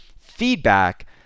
feedback